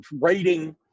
rating